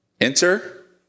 Enter